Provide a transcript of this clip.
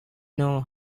know